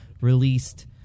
released